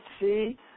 see